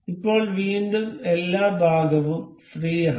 ഇപ്പോൾ വീണ്ടും എല്ലാഭാഗവും ഫ്രീ ആണ്